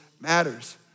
matters